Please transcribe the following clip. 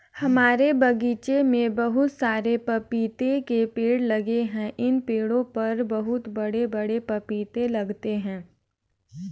हमारे बगीचे में बहुत सारे पपीते के पेड़ लगे हैं इन पेड़ों पर बहुत बड़े बड़े पपीते लगते हैं